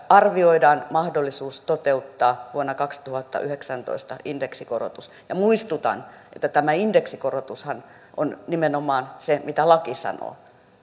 arvioidaan mahdollisuus toteuttaa vuonna kaksituhattayhdeksäntoista indeksikorotus muistutan että tämä indeksikorotushan on nimenomaan se mitä laki sanoo